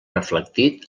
reflectit